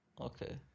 Okay